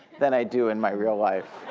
than i do in my real life.